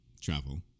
travel